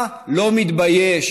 אתה לא מתבייש